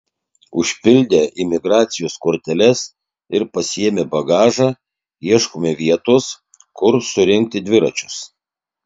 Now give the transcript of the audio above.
užpildę imigracijos korteles ir pasiėmę bagažą ieškome vietos kur surinkti dviračius